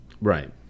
Right